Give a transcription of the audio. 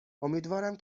امیدوارم